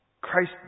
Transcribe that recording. Christ